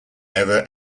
ever